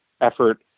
effort